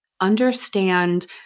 understand